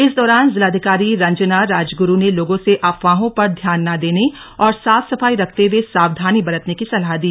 इस दौरान जिलाधिकारी रंजना राजगुरू ने लोगों से अफवाहों पर ध्यान ना देने और साफ सफाई रखते हुए सावधानी बरतने की सलाह दी